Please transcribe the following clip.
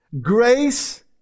grace